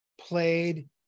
played